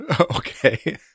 okay